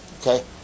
Okay